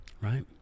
Right